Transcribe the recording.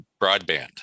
broadband